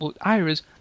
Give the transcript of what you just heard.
Iris